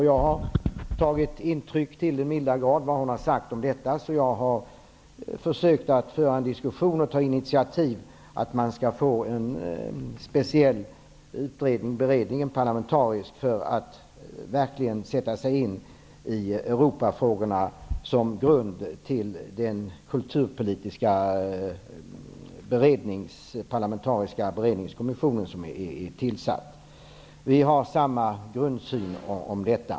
Jag har tagit intryck av vad hon har sagt till den milda grad att jag har försökt föra en diskussion om och ta ett initiativ till en speciell parlamentarisk utredning, som verkligen skall sätta sig in i Europafrågorna såsom grund för den kulturpolitiska parlamentariska kommission som är tillsatt. Vi har samma grundsyn om detta.